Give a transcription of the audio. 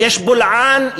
יש בולען,